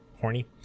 Horny